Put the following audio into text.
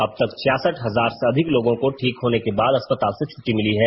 अबतक छियासठ हजार से अधिक लोगों को ठीक होने के बाद अस्पताल से छट्टी मिली है